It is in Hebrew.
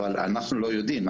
אבל אנחנו לא יודעים.